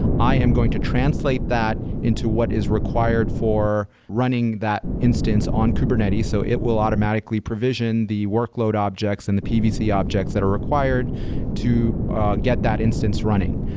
i am going to translate that into what is required for running that instance on kubernetes. so it will automatically provision the workload objects and the pvc objects that are required to ah get that instance running.